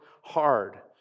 hard